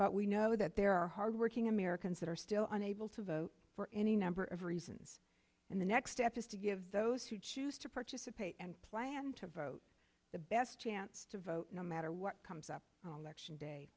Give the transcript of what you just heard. but we know that there are hard working americans that are still unable to vote for any number of reasons and the next step is to give those who choose to participate and plan to vote the best chance to vote no matter what comes up